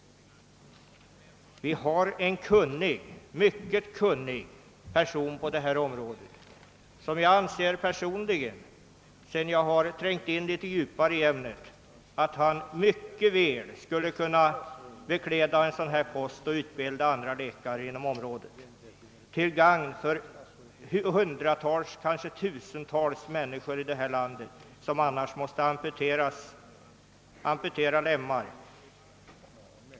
Jag vill bara understryka att det finns en mycket kunnig person på detta område, om vilken jag personligen anser, sedan jag har trängt in litet djupare i ämnet, att han mycket väl skulle kunna bekläda en sådan post och utbilda andra läkare inom området, till gagn för hundratals, kanske tusentals människor i detta land på vilka man annars måste amputera lemmar.